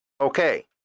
Okay